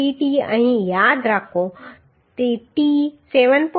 5 kb dt અહીં યાદ રાખો t 7